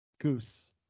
Goose